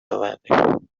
آوردیم